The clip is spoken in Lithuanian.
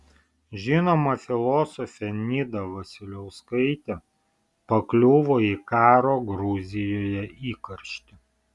žinoma filosofė nida vasiliauskaitė pakliuvo į karo gruzijoje įkarštį